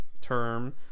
term